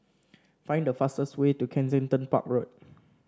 find the fastest way to Kensington Park Road